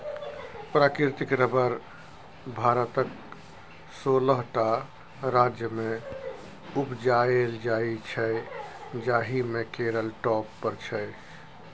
प्राकृतिक रबर भारतक सोलह टा राज्यमे उपजाएल जाइ छै जाहि मे केरल टॉप पर छै